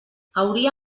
hauria